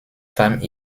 femmes